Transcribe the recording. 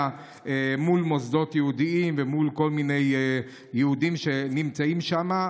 מול מוסדות יהודיים ומול יהודים שנמצאים שם.